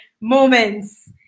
moments